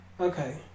Okay